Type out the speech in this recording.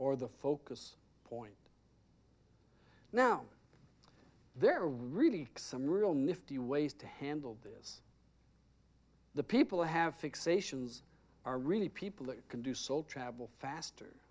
or the focus point now there are really some real nifty ways to handle this the people have fixations are really people that can do soul travel faster